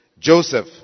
Joseph